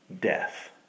death